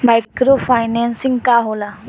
Micro financing का होला?